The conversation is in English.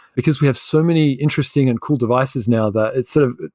because we have so many interesting and cool devices now that it's sort of,